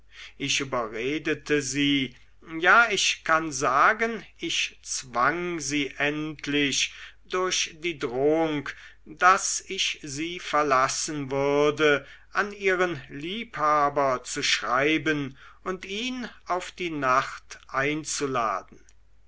ich überredete sie ja ich kann sagen ich zwang sie endlich durch die drohung daß ich sie verlassen würde an ihren liebhaber zu schreiben und ihn auf die nacht einzuladen